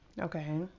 Okay